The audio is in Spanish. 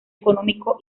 económico